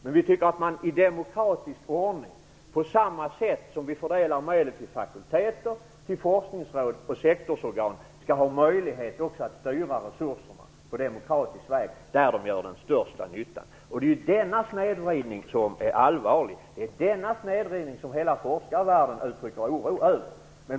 Men vi tycker att man i demokratisk ordning på samma sätt som i fråga om fakulteter, forskningsråd och sektorsorgan skall ha möjlighet att styra resurserna på demokratisk väg där de gör den största nyttan. Det är en snedvridning där som är allvarlig och som hela forskarvärlden uttrycker oro över.